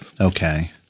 Okay